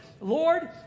Lord